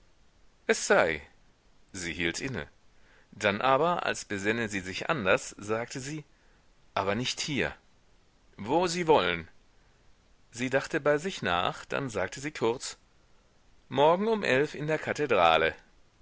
es sei sie hielt inne dann aber als besänne sie sich anders sagte sie aber nicht hier wo sie wollen sie dachte bei sich nach dann sagte sie kurz morgen um elf in der kathedrale